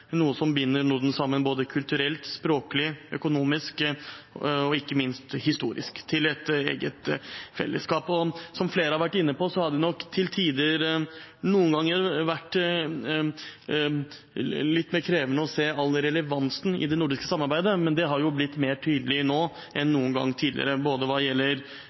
noe som binder Norden sammen både kulturelt, språklig, økonomisk og ikke minst historisk til et eget fellesskap. Som flere har vært inne på, har det nok til tider vært litt mer krevende å se all relevansen i det nordiske samarbeidet, men det har blitt mer tydelig nå enn noen gang tidligere hva gjelder